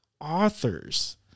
Authors